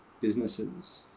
businesses